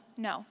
No